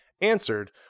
answered